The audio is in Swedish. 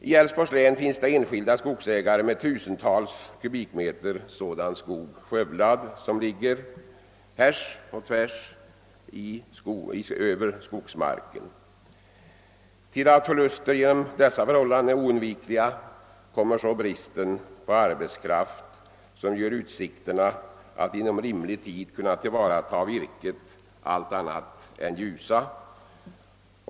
I älvsborgs län finns det enskilda skogsägare som fått tusentals kubikmeter skog skövlad, så att träden ligger härs och tvärs över skogsmarken. Till förluster på grund av dessa förhållanden kommer så bristen på arbetskraft som gör utsikterna att inom rimlig tid kunna tillvarata virket allt annat än ljusa.